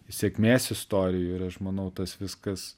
sėkmės istorijų ir aš manau tas viskas